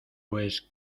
pues